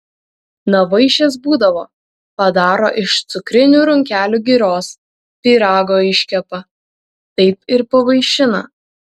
na vaišės būdavo padaro iš cukrinių runkelių giros pyrago iškepa taip ir pavaišina